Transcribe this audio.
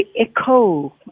echo